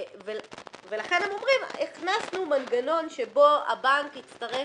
ולכן הם אומרים: הכנסנו מנגנון שבו הבנק יצטרך